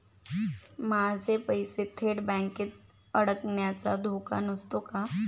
माझे पैसे थेट बँकेत अडकण्याचा धोका नसतो का?